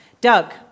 Doug